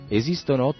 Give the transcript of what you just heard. esistono